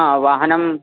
हा वाहनम्